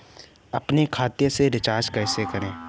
अपने खाते से रिचार्ज कैसे करें?